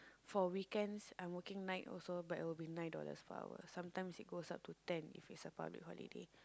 for weekends I'm working night also but it'll be nine dollars per hour sometimes it goes up to ten if it's a public holiday